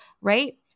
right